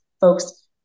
folks